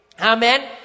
Amen